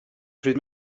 pryd